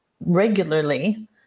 regularly